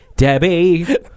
Debbie